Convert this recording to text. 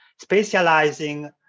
specializing